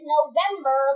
November